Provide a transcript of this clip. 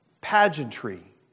pageantry